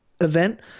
event